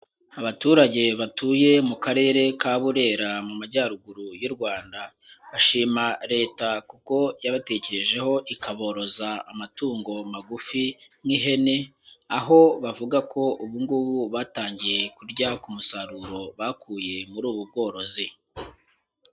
Abaturage batuye mu karere ka Burera mu Majyaruguru y'u Rwanda, bashima leta kuko yabatekerejeho ikaboroza amatungo magufi nk'ihene, aho bavuga ko ubu ngubu batangiye kurya ku musaruro bakuye muri ubu bworozi.